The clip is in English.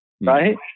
right